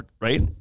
right